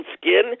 skin